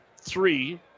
three